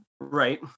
Right